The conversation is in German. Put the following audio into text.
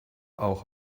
auch